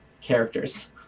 characters